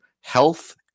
health